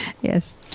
Yes